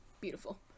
Beautiful